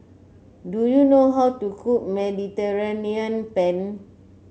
do you know how to cook Mediterranean Penne